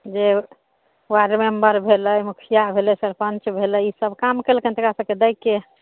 जे ward member भेलै मुखिआ भेलै सरपञ्च भेलै ई सब काम कयलकै हन तऽ एकरा सबके दैके हइ